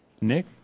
Nick